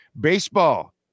Baseball